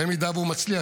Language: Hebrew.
במידה שהוא מצליח,